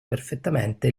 perfettamente